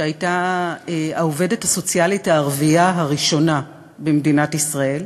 שהייתה העובדת הסוציאלית הערבייה הראשונה במדינת ישראל.